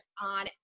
on